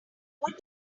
what